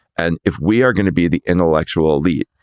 and if we are going to be the intellectual elite,